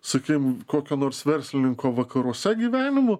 sakykim kokio nors verslininko vakaruose gyvenimu